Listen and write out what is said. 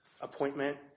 appointment